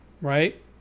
right